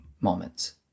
moments